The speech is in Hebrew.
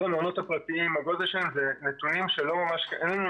גודל הגנים זה נתון שקשה לקבל,